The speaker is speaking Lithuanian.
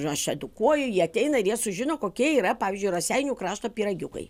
aš edukuoju jie ateina ir jie sužino kokie yra pavyzdžiui raseinių krašto pyragiukai